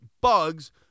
bugs